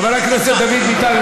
חבר הכנסת דוד ביטן,